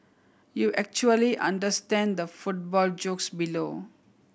you actually understand the football jokes below